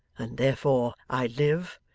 and therefore i live,